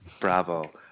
Bravo